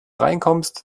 reinkommst